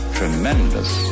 tremendous